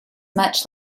much